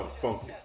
funky